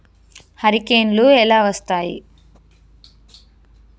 హరికేన్లు ఎలా వస్తాయి?